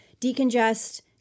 decongest